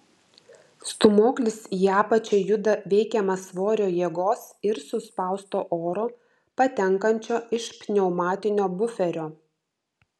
stūmoklis į apačią juda veikiamas svorio jėgos ir suspausto oro patenkančio iš pneumatinio buferio